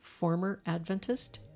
formeradventist